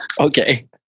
Okay